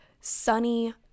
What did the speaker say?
sunny